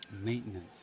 Maintenance